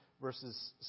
verses